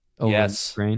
Yes